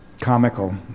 comical